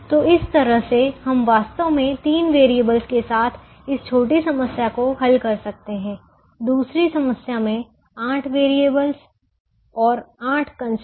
तो इस तरह से हम वास्तव में तीन वेरिएबलस के साथ इस छोटी समस्या को हल कर सकते हैं दूसरी समस्या में आठ वेरिएबलस और आठ कंस्ट्रेंट्स थे